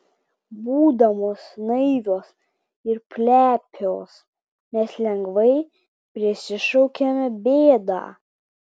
būdamos naivios ir plepios mes lengvai prisišaukiame bėdą